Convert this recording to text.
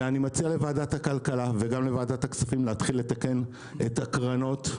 ואני מציע לוועדת הכלכלה וגם לוועדת הכספים להתחיל לתקן את הקרנות,